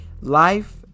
Life